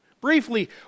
briefly